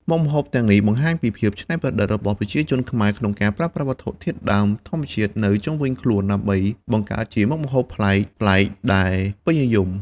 មុខម្ហូបទាំងនេះបង្ហាញពីភាពច្នៃប្រឌិតរបស់ប្រជាជនខ្មែរក្នុងការប្រើប្រាស់វត្ថុធាតុដើមធម្មជាតិនៅជុំវិញខ្លួនដើម្បីបង្កើតជាមុខម្ហូបប្លែកៗដែលពេញនិយម។